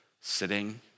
sitting